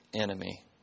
enemy